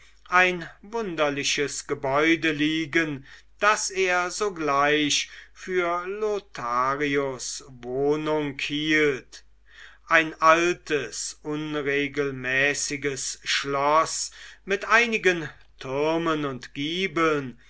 ein wunderliches gebäude liegen das er sogleich für lotharios wohnung hielt ein altes unregelmäßiges schloß mit einigen türmen und giebeln